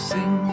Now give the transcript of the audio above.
Sing